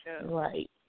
Right